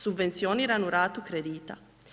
Subvencioniranu ratu kredita.